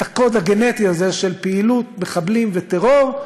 הקוד הגנטי הזה של פעילות מחבלים וטרור,